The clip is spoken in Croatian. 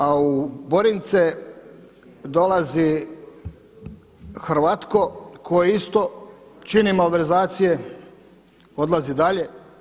A u Borince dolazi Hrvatko koji isto čini malverzacije, odlazi dalje.